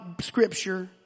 Scripture